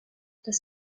das